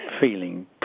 feeling